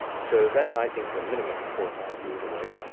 so that i think is a minimum for five years away,